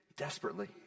desperately